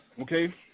Okay